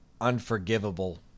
unforgivable